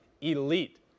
elite